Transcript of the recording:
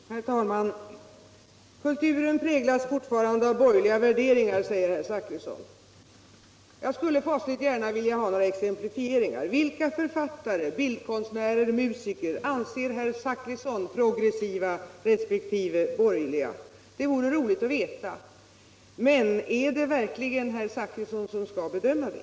Herr talman! Kulturen präglas fortfarande av borgerliga värderingar, säger herr Zachrisson. Jag skulle gärna vilja ha exemplifieringar. Vilka författare, bildkonstnärer, musiker anser herr Zachrisson progressiva resp. borgerliga? Det vore roligt att veta. Men är det verkligen herr Zachrisson som skall bedöma det?